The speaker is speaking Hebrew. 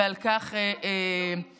ועל כך גאוותי.